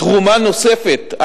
תרומה נוספת,